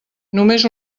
només